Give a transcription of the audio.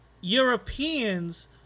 Europeans